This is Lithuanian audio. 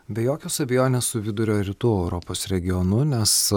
be jokios abejonės su vidurio rytų europos regionu nes